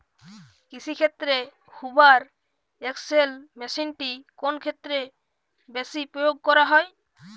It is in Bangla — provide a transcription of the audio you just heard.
কৃষিক্ষেত্রে হুভার এক্স.এল মেশিনটি কোন ক্ষেত্রে বেশি প্রয়োগ করা হয়?